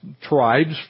tribes